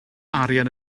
arian